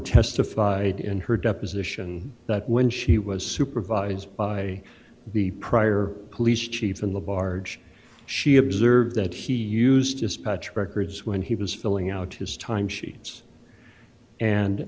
testified in her deposition that when she was supervised by the prior police chief in the barge she observed that he used dispatched records when he was filling out his time sheets and